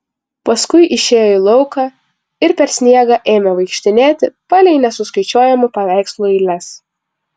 paskui išėjo į lauką ir per sniegą ėmė vaikštinėti palei nesuskaičiuojamų paveikslų eiles